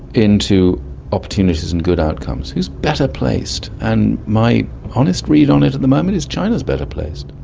into opportunities and good outcomes? who's better placed? and my honest read on it at the moment is china is better placed.